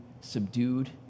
subdued